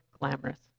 glamorous